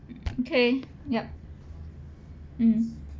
okay yup mm